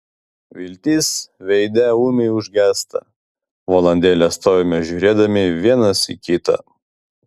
viltis veide ūmiai užgęsta valandėlę stovime žiūrėdami vienas į kitą